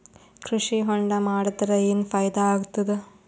ಕೃಷಿ ಹೊಂಡಾ ಮಾಡದರ ಏನ್ ಫಾಯಿದಾ ಆಗತದ?